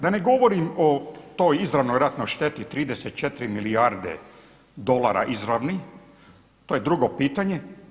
Da ne govorim o toj izravnoj ratnoj šteti 34 milijarde dolara izravnih, to je drugo pitanje.